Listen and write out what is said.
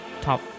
top